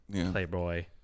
playboy